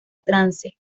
trance